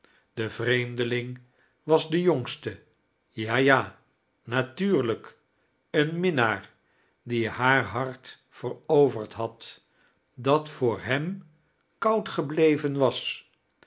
de vreemdeling was de jongste ja ja natunrlijk een miimaar die haar hart veroverd had dat voor ji e m koud gebleven was